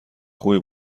خوبی